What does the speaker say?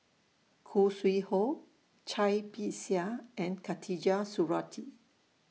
Khoo Sui Hoe Cai Bixia and Khatijah Surattee